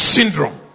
Syndrome